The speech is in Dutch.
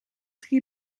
drie